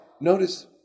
notice